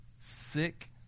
sick